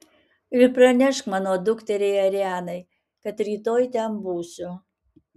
ir pranešk mano dukteriai arianai kad rytoj ten būsiu